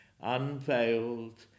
unveiled